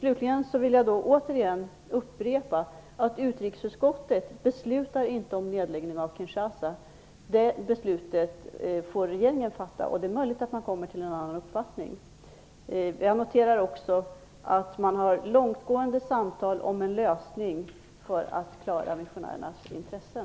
Jag vill slutligen återigen upprepa att utrikesutskottet inte beslutar om nedläggning i Kinshasa. Beslutet härom får regeringen fatta, och det är möjligt att den kommer fram till en annan uppfattning. Jag noterar också att man har långtgående samtal om en lösning för att tillgodose missionärernas intressen.